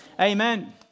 amen